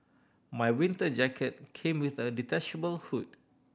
my winter jacket came with a detachable hood